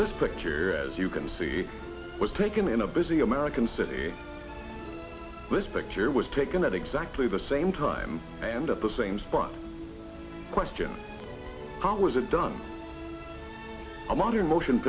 this picture as you can see was taken in a busy american city this picture was taken at exactly the same time and at the same spot question how was it done a modern motion